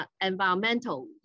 environmental